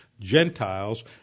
Gentiles